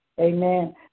amen